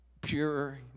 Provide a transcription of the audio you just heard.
pure